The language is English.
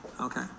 Okay